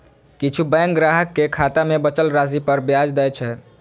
किछु बैंक ग्राहक कें खाता मे बचल राशि पर ब्याज दै छै